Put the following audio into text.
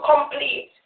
complete